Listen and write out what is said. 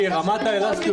אני חייב לבדוק את זה.